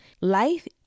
Life